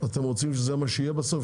אתם רוצים שזה מה שיהיה בסוף,